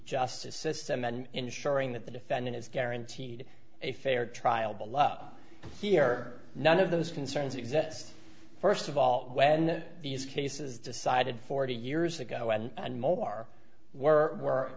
justice system and ensuring that the defendant is guaranteed a fair trial belove here none of those concerns exist first of all when these cases decided forty years ago and more were